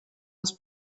was